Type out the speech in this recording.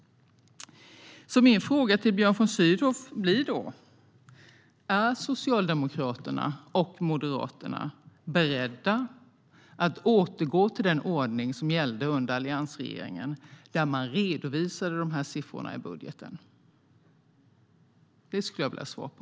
Min fråga till Björn von Sydow blir därför: Är Socialdemokraterna och Miljöpartiet beredda att återgå till den ordning som gällde under alliansregeringen, där man redovisade de här siffrorna i budgeten? Det skulle jag vilja ha svar på.